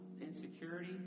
insecurity